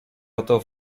oto